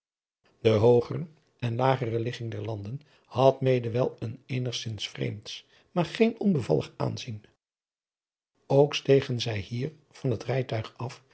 de hoogere en lagere ligging der landen had mede wel een eenigzins vreemds maar geen onbevallig aanzien ook stegen zij hier van het rijtuig af